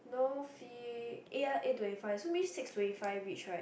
no eh ya eight twenty five so means six twenty five reach right